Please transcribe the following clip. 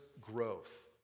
growth